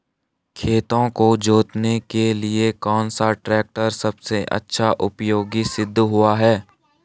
खेतों को जोतने के लिए कौन सा टैक्टर सबसे अच्छा उपयोगी सिद्ध हुआ है?